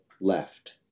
left